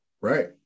right